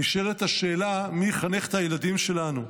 נשאלת השאלה: מי יחנך את הילדים שלנו?